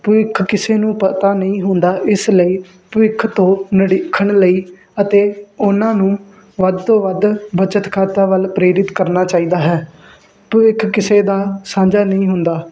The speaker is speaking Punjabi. ਭਵਿੱਖ ਕਿਸੇ ਨੂੰ ਪਤਾ ਨਹੀਂ ਹੁੰਦਾ ਇਸ ਲਈ ਭਵਿੱਖ ਤੋਂ ਨਿੜੀਖਣ ਲਈ ਅਤੇ ਉਹਨਾਂ ਨੂੰ ਵੱਧ ਤੋਂ ਵੱਧ ਬੱਚਤ ਖਾਤਾ ਵੱਲ ਪ੍ਰੇਰਿਤ ਕਰਨਾ ਚਾਹੀਦਾ ਹੈ ਭਵਿੱਖ ਕਿਸੇ ਦਾ ਸਾਂਝਾ ਨਹੀਂ ਹੁੰਦਾ